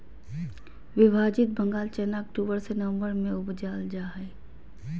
विभाजित बंगाल चना अक्टूबर से ननम्बर में उपजाल जा हइ